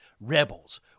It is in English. Rebels